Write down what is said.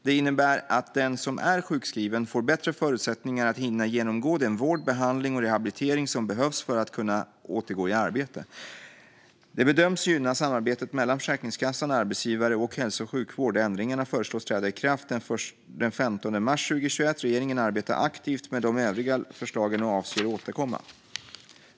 Det innebär att den som är sjukskriven får bättre förutsättningar att hinna genomgå den vård, behandling och rehabilitering som behövs för att kunna återgå i arbete. Det bedöms gynna samarbetet mellan Försäkringskassan, arbetsgivare och hälso och sjukvård. Ändringarna föreslås träda i kraft den 15 mars 2021. Regeringen arbetar aktivt med de övriga förslagen och avser att återkomma.